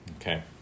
Okay